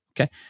okay